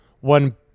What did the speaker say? one